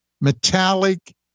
metallic